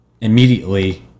Immediately